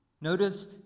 Notice